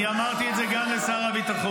אני אמרתי את זה גם לשר הביטחון.